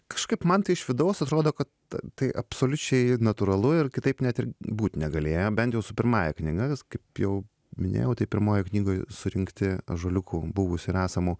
kažkaip man tai iš vidaus atrodo kad tai absoliučiai natūralu ir kitaip net ir būt negalėjo bent jau su pirmąja knyga nes kaip jau minėjau tai pirmojoj knygoj surinkti ąžuoliukų buvusių ir esamų